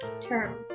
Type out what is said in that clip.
term